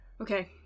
Okay